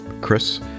chris